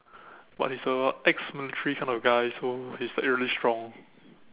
but he's a ex military kind of guy so he's like really strong